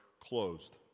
closed